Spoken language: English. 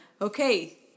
Okay